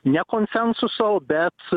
ne konsensuso bet